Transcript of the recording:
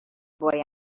boy